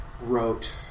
wrote